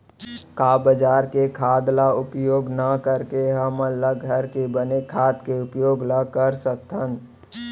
का बजार के खाद ला उपयोग न करके हमन ल घर के बने खाद के उपयोग ल कर सकथन?